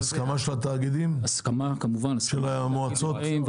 לא, הסכמה של התאגידים, של המועצות.